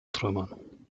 trümmern